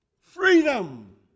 freedom